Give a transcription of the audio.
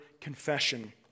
confession